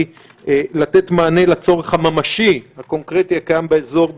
לתת מענה לצורך הממשי הקונקרטי הקיים באזור,